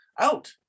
out